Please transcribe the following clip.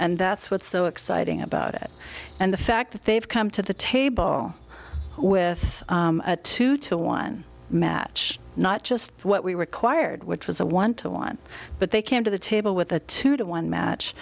and that's what's so exciting about it and the fact that they've come to the table with a two to one match not just what we required which was a one to one but they came to the table with a two to one match